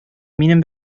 минем